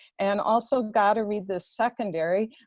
and also gotta read this! secondary,